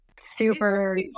super